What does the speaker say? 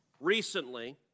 Recently